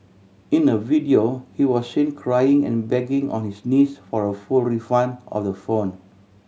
in a video he was seen crying and begging on his knees for a full refund of the phone